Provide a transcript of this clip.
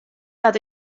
dat